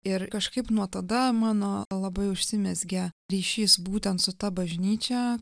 ir kažkaip nuo tada mano labai užsimezgė ryšys būtent su ta bažnyčia